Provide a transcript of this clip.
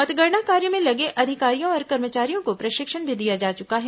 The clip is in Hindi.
मतगणना कार्य में लगे अधिकारियों और कर्मचारियों को प्रशिक्षण भी दिया जा चुका है